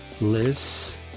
Liz